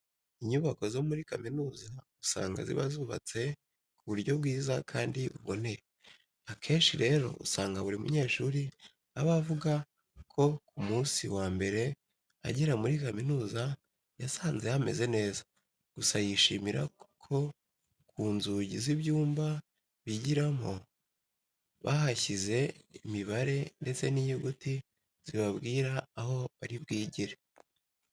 Inyubako zo muri kaminuza usanga ziba zubatse ku buryo bwiza kandi buboneye. Akenshi rero usanga buri munyeshuri aba avuga ko ku munsi wa mbere agera muri kaminuza yasanze hameze neza gusa yishimira ko ku nzugi z'ibyumba bigiramo bahashyize imibare ndetse n'inyuguti zibabwira aho bari bwigire.